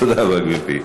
תודה רבה, גברתי.